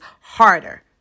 harder